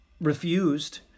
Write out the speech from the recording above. refused